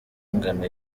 ingano